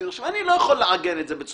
אני לא יכול לעגן את זה.